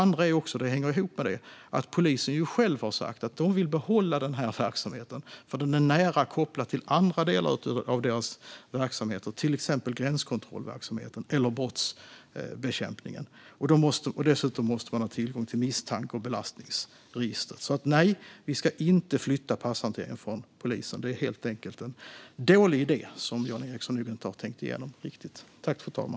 Något som hänger ihop med detta är att polisen själva har sagt att de vill behålla verksamheten eftersom den är nära kopplad till andra av deras verksamheter, till exempel gränskontrollverksamheten eller brottsbekämpningen. Dessutom måste man ha tillgång till misstanke och belastningsregistret. Nej, vi ska inte flytta passhanteringen från polisen. Det är helt enkelt en dålig idé, som Jan Ericson nog inte riktigt har tänkt igenom.